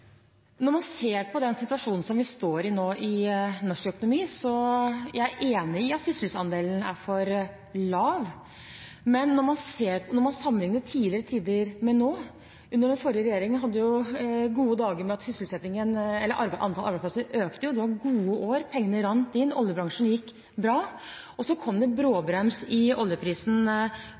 Når vi ser på den situasjonen som vi står i nå i norsk økonomi, er jeg enig i at sysselsettingsandelen er for lav. Men når man sammenligner tidligere tider med nå: Under den forrige regjeringen hadde vi gode dager ved at antall arbeidsplasser økte – det var gode år, pengene rant inn, oljebransjen gikk bra – og så kom det bråbrems i oljeprisen